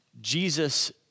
Jesus